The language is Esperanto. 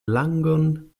langon